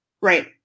right